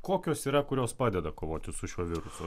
kokios yra kurios padeda kovoti su šiuo virusu